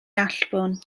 allbwn